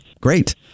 great